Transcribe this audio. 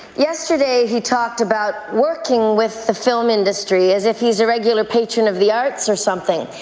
yesterday, he talked about working with the film industry as if he's a regular patron of the arts or something.